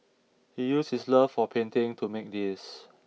he used his love of painting to make these